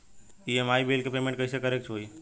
EMI bill के payment कइसे करे के होई?